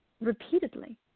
repeatedly